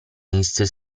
minister